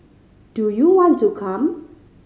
do you want to come